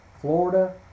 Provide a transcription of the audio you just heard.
Florida